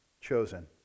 chosen